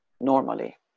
normally